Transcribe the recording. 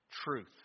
truth